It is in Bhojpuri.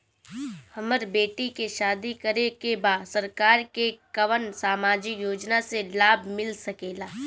हमर बेटी के शादी करे के बा सरकार के कवन सामाजिक योजना से लाभ मिल सके ला?